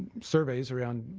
surveys around